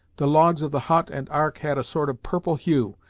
the logs of the hut and ark had a sort of purple hue,